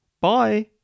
Bye